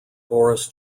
boris